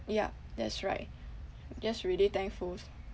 yup that's right just really thankfuls